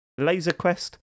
LaserQuest